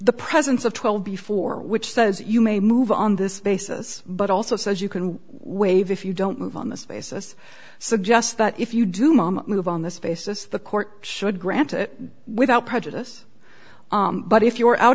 the presence of twelve before which says you may move on this basis but also says you can waive if you don't move on this basis suggest that if you do moment move on this basis the court should grant it without prejudice but if you are out